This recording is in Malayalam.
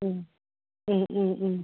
ആ